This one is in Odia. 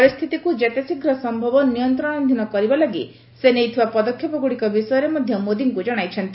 ପରିସ୍ଥିତିକୁ ଯେତେଶୀଘ୍ର ସମ୍ଭବ ନିୟନ୍ତ୍ରଣାଧୀନ କରିବା ଲାଗି ସେ ନେଇଥିବା ପଦକ୍ଷେପ ଗୁଡ଼ିକ ବିଷୟରେ ମଧ୍ୟ ଶ୍ରୀ ମୋଦୀଙ୍କୁ ଜଣାଇଛନ୍ତି